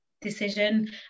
decision